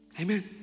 amen